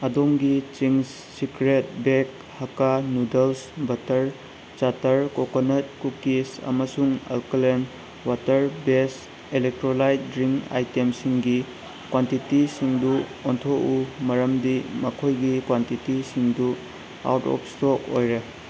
ꯑꯗꯣꯝꯒꯤ Ching's secret bag hakka noodles butter chatter coconut cookies ꯑꯃꯁꯨꯡ alkaline water base electrolyte drink ꯑꯥꯏꯇꯦꯝꯁꯤꯡꯒꯤ ꯀ꯭ꯋꯥꯟꯇꯤꯇꯤꯁꯤꯡꯗꯨ ꯑꯣꯟꯊꯣꯛꯎ ꯃꯔꯝꯗꯤ ꯃꯈꯣꯏꯒꯤ ꯀ꯭ꯋꯥꯟꯇꯤꯇꯤꯁꯤꯡꯗꯨ ꯑꯥꯎꯠ ꯑꯣꯐ ꯁ꯭ꯇꯣꯛ ꯑꯣꯏꯔꯦ